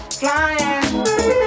flying